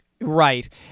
Right